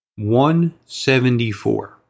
174